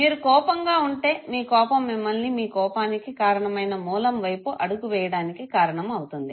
మీరు కోపంగా ఉంటే మీ కోపం మిమ్మల్ని మీ కోపానికి కారణమైన మూలం వైపు అడుగు వేయడానికి కారణం అవుతుంది